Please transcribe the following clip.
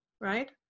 Right